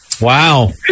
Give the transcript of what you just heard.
Wow